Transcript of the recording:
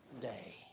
day